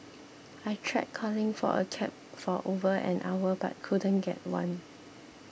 I tried calling for a cab for over an hour but couldn't get one